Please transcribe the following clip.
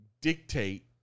dictate